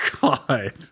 God